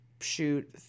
shoot